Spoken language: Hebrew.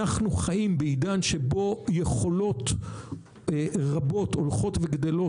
אנחנו חיים בעידן שבו יכולות רבות הולכות וגדלות,